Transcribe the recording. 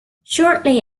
shortly